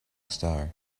star